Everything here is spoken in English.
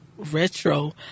Retro